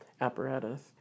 apparatus